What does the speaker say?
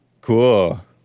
Cool